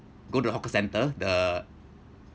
go to the hawker centre the